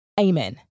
amen